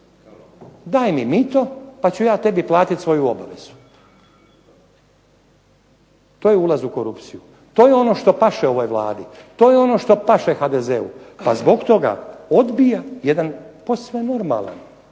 Daj mi mito pa ću ja tebi platit svoju obavezu. To je ulaz u korupciju, to je ono što paše ovoj Vladi, to je ono što paše HDZ-u pa zbog toga odbija jedan posve normalan,